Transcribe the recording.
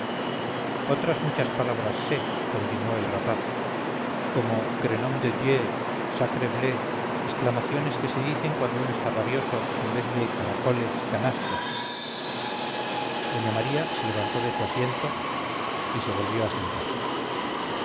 otras muchas palabras sé continuó el rapaz como crenom de dieu sacrebleu exclamaciones que se dicen cuando uno está rabioso en vez de caracoles canastos doña maría se levantó de su asiento y se volvió a sentar